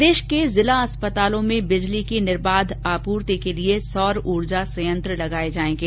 प्रदेश के जिलाअस्पतालों में बिजली की निर्बाध आपूर्ति के लिए सौर ऊर्जा संयंत्र लगाए जाएंगे